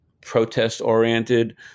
protest-oriented